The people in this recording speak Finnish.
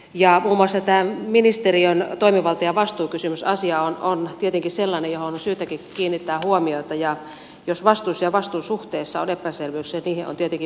muun muassa tämä ministeriön toimivalta ja vastuukysymysasia on tietenkin sellainen johon on syytäkin kiinnittää huomiota ja jos vastuissa ja vastuusuhteissa on epäselvyyksiä niihin on tietenkin puututtava